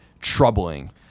troubling